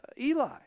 eli